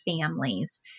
families